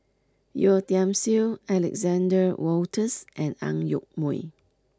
Yeo Tiam Siew Alexander Wolters and Ang Yoke Mooi